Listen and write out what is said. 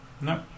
No